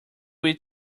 eat